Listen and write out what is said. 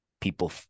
people